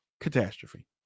catastrophe